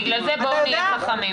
בגלל זה בואו נהיה חכמים.